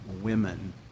women